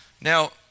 Now